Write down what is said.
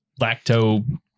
lacto